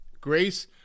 grace